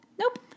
Nope